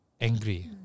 angry